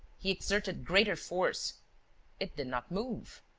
he exerted greater force it did not move.